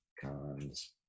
cons